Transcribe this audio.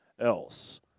else